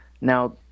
Now